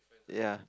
ya